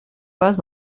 passe